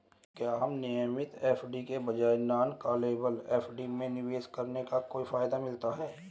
क्या हमें नियमित एफ.डी के बजाय नॉन कॉलेबल एफ.डी में निवेश करने का कोई फायदा मिलता है?